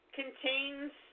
contains